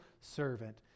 servant